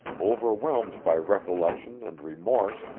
overwhelmed by recollection and remorse,